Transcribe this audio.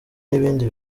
n’ibindi